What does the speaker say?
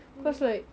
mmhmm